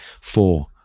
four